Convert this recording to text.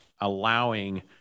allowing